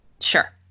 Sure